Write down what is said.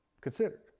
considered